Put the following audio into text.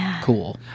cool